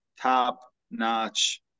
top-notch